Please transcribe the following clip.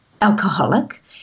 alcoholic